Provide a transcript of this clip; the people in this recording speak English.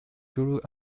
grew